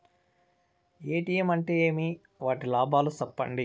ATM అంటే ఏమి? వాటి లాభాలు సెప్పండి?